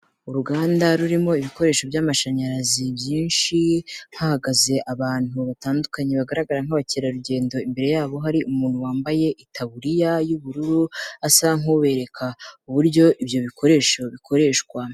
Uruganda rurimo ibikoresho by'amashanyarazi byinshi hahagaze abantu batandukanye bagaragara nk'abakerarugendo imbere yabo hari umuntu wambaye itaburiya y'ubururu asa nk'ubereka uburyo ibyo bikoresho bikoreshwa.